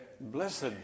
Blessed